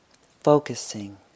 focusing